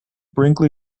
brinkley